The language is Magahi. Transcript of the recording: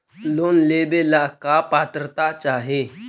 लोन लेवेला का पात्रता चाही?